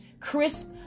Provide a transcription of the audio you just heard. crisp